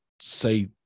say